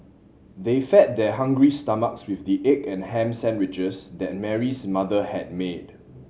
they fed their hungry stomachs with the egg and ham sandwiches that Mary's mother had made